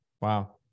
Wow